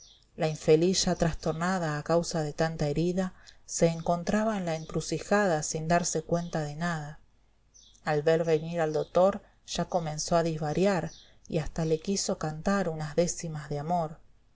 la infeliz ya trastornada a causa de tanta herida se encontraba en la crujida sin darse cuenta de nada al ver venir al dotor ya comenzó a disvariar y hasta le quiso cantar unas décimas de amor